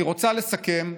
אני רוצה לסכם,